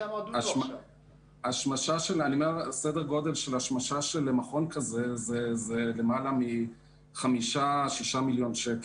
השמשה של מכון כזה היא יותר מ-6-5 מיליון שקל.